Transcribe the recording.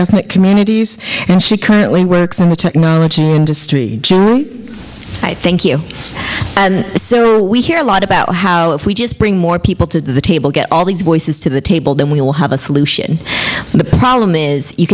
ethnic communities and she currently works on what industry joe i thank you and so we hear a lot about how if we just bring more people to the table get all these voices to the table then we'll have a solution the problem is you